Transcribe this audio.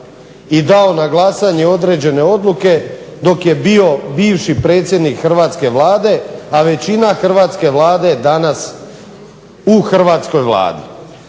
i dao na glasanje određene odluke dok je bio bivši predsjednik Hrvatske vlade, a većina Hrvatske vlade danas u Hrvatskoj vladi.